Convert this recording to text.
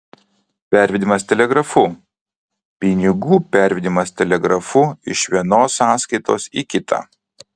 pervedimas telegrafu pinigų pervedimas telegrafu iš vienos sąskaitos į kitą